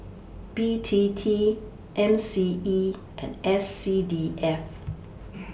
B T T M C E and S C D F